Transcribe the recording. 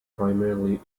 primarily